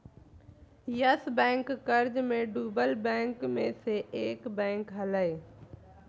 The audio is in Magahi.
यस बैंक कर्ज मे डूबल बैंक मे से एक बैंक हलय